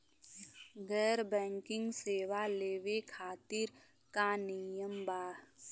गैर बैंकिंग सेवा लेवे खातिर का नियम बा?